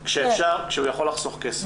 כשהוא יכול לחסוך כסף.